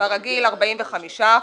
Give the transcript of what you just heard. ברגיל 45%,